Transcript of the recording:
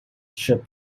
should